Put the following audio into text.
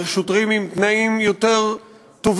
צריך שוטרים עם תנאים יותר טובים,